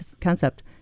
concept